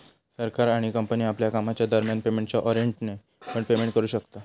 सरकार आणि कंपनी आपल्या कामाच्या दरम्यान पेमेंटच्या वॉरेंटने पण पेमेंट करू शकता